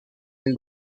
این